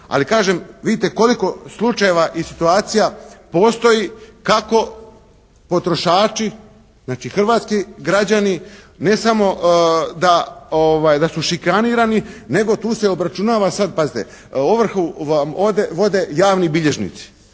Ali kažem, vidite koliko slučajeva i situacija postoji kako potrošači, znači hrvatski građani ne samo da su šikanirani, nego tu se obračunava sad pazite. Pazite, ovrhu vam vode javni bilježnici